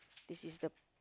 this is the